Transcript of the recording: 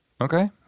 Okay